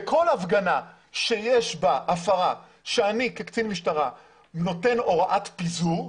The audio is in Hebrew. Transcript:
בכל הפגנה שיש בה הפרה שאני כקצין משטרה נותן הוראת פיזור,